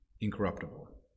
incorruptible